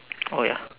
oh ya